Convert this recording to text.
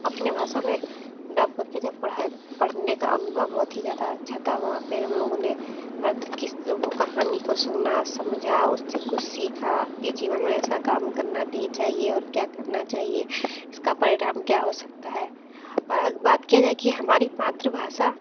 अपने भाषा में डब करके जब पढ़ाई पढ़ने का अनुभव बहुत ही ज़्यादा अच्छा था वहाँ पे हम लोगों ने अर्थ की वो कहानी को सुना समझा उस चीज को सीखा की जीवन में ऐसा काम करना नहीं चाहिए और क्या करना चाहिए इसका परिणाम क्या हो सकता है और अगर बात किया जाए कि हमारी मातृभाषा